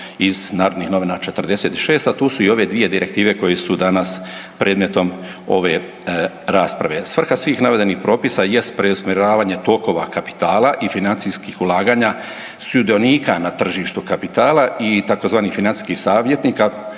iz Narodnih novina 46, a tu su i ove dvije direktive koje su danas predmetom ove rasprave. Svrha svih navedenih propisa jest preusmjeravanje tokova kapitala i financijskih ulaganja sudionika na tržištu kapitala i tzv. financijski savjetnik,